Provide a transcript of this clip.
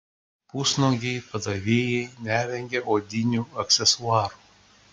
pusnuogiai padavėjai nevengia odinių aksesuarų